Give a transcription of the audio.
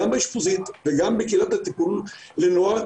גם באישפוזית וגם בקהילת הטיפול לנוער,